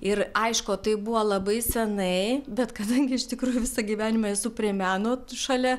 ir aišku tai buvo labai senai bet kadangi iš tikrųjų visą gyvenimą esu prie meno šalia